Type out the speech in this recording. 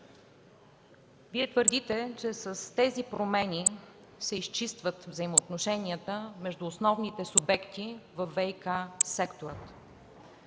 Вие твърдите, че с тези промени се изчистват взаимоотношенията между основните субекти във ВиК сектора.